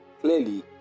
clearly